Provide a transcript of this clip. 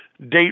date